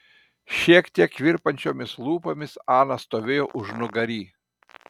šiek tiek virpančiomis lūpomis ana stovėjo užnugary